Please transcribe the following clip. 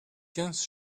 quinze